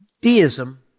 Deism